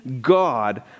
God